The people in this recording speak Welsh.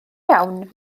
iawn